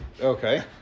Okay